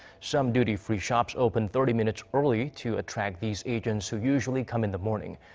some duty free shops opened thirty minutes early to attract these agents who usually come in the morning.